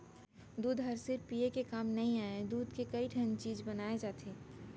दूद हर सिरिफ पिये के काम नइ आय, दूद के कइ ठन चीज बनाए जाथे